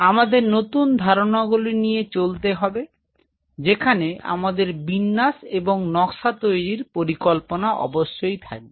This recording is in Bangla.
আমাদের নতুন ধারণা গুলি নিয়ে চলতে হবে যেখানে আমাদের বিন্যাস এবং নকশা তৈরীর পরিকল্পনা অবশ্যই থাকবে